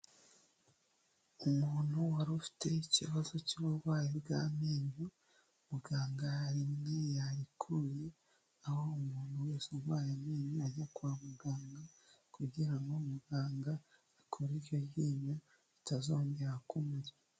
Umuntu wari ufite ikibazo cy'uburwayi bw'amenyo muganga rimwe yarikuye, aho umuntu wese urwaye amenyo ajya kwa muganga kugirango muganga akure iryo ryinyo ritazongera kumurya.